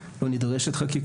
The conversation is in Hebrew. לא נדרשת חקיקה.